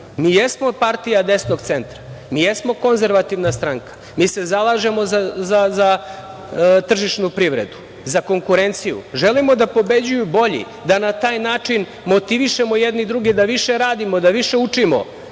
mi jesmo partija desnog centra, mi jesmo konzervativna stranka, mi se zalažemo za tržišnu privredu, za konkurenciju, želimo da pobeđuju bolji, da na taj način motivišemo jedni druge da više radimo, da više učimo,